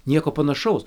nieko panašaus